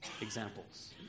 examples